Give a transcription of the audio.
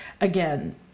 Again